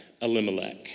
Elimelech